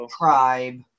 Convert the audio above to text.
tribe